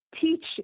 teach